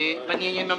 ואני אהיה ממלכתי.